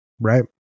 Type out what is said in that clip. right